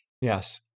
Yes